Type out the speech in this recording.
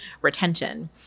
retention